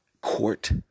court